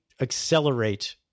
accelerate